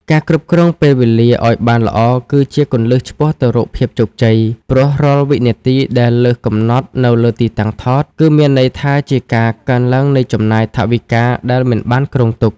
ការគ្រប់គ្រងពេលវេលាឱ្យបានល្អគឺជាគន្លឹះឆ្ពោះទៅរកភាពជោគជ័យ ព្រោះរាល់វិនាទីដែលលើសកំណត់នៅលើទីតាំងថត គឺមានន័យថាជាការកើនឡើងនៃចំណាយថវិកាដែលមិនបានគ្រោងទុក។